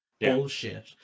bullshit